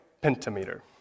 pentameter